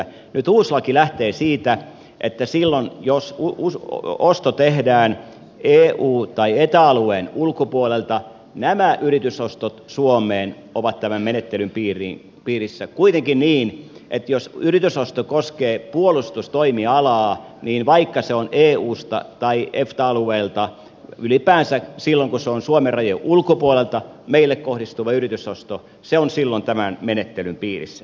nyt uusi laki lähtee siitä että silloin jos ostot tehdään eu tai eta alueen ulkopuolelta niin nämä yritysostot suomeen ovat tämän menettelyn piirissä kuitenkin niin että jos yritysosto koskee puolustustoimialaa niin vaikka se on eusta tai efta alueelta ylipäänsä silloin kun se on suomen rajojen ulkopuolelta meille kohdistuva yritysosto se on silloin tämän menettelyn piirissä